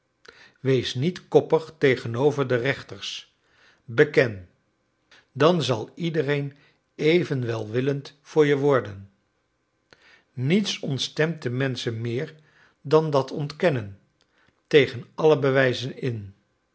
wees niet koppig tegenover de rechters beken dan zal iedereen even welwillend voor je worden niets ontstemt de menschen meer dan dat ontkennen tegen alle bewijzen in